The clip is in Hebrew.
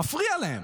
מפריע להם,